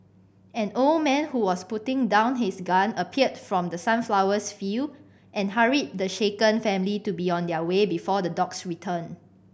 an old man who was putting down his gun appeared from the sunflower field and hurried the shaken family to be on their way before the dogs return